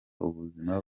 ubuzima